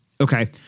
Okay